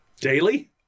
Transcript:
daily